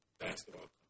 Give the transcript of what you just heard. basketball